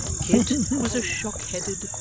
kit was a shock-headed,